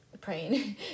praying